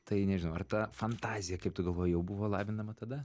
tai nežinau ar ta fantazija kaip tu galvoji jau buvo lavinama tada